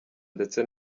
ndetse